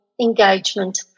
engagement